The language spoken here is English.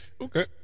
okay